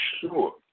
sure